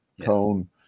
Cone